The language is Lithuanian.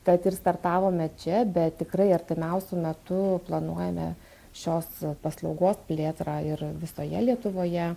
tad ir startavome čia bet tikrai artimiausiu metu planuojame šios paslaugos plėtrą ir visoje lietuvoje